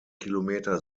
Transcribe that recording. kilometer